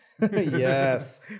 Yes